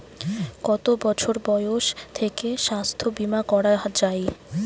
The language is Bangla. কত বছর বয়স থেকে স্বাস্থ্যবীমা করা য়ায়?